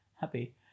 happy